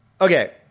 okay